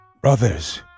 Brothers